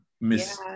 Miss